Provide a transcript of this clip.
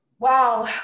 Wow